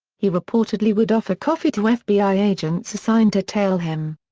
he reportedly would offer coffee to fbi agents assigned to tail him.